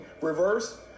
reverse